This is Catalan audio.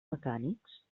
mecànics